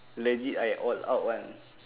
legit I all out one